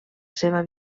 seva